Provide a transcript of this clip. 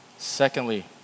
Secondly